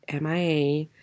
MIA